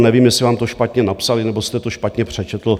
Nevím, jestli vám to špatně napsali, nebo jste to špatně přečetl.